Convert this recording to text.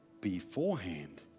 beforehand